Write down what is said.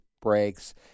breaks